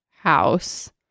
house